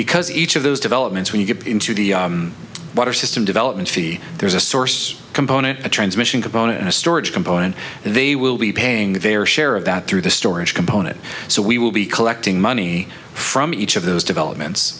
because each of those developments we get into the water system development fee there's a source component a transmission component in a storage component and they will be paying their share of that through the storage component so we will be collecting money from each of those developments